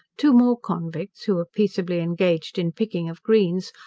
two more convicts, who were peaceably engaged in picking of greens,